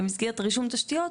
במסגרת רישום תשתיות,